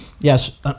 yes